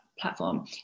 platform